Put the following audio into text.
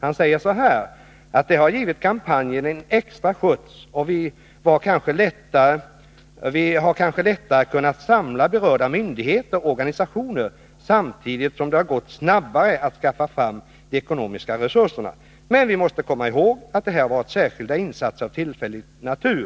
Han säger så här: ”Det har givit kampanjen en extra skjuts och vi har kanske lättare kunnat samla berörda myndigheter och organisationer samtidigt som det gått snabbare att skaffa fram de ekonomiska resurserna. Men vi måste komma 3 ihåg att det här har varit särskilda insatser av tillfällig natur.